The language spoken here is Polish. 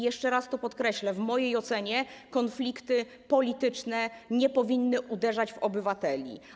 Jeszcze raz podkreślę: w mojej ocenie konflikty polityczne nie powinny uderzać w obywateli.